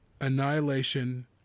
annihilation